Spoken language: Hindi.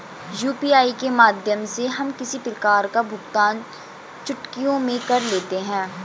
यू.पी.आई के माध्यम से हम किसी प्रकार का भुगतान चुटकियों में कर लेते हैं